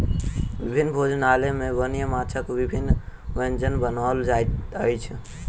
विभिन्न भोजनालय में वन्य माँछक विभिन्न व्यंजन बनाओल जाइत अछि